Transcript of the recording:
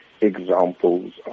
examples